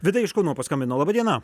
vida iš kauno paskambino laba diena